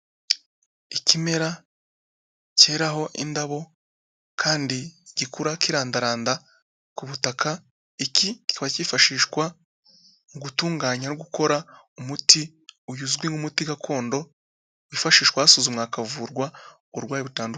Ikimera keraho indabo kandi gikura kirandaranda ku butaka, iki kikaba kifashishwa mu gutunganya no gukora umuti uyu uzwi nk'umuti gakondo, wifashishwa hasuzumwa hakavurwa uburwayi butandukanye.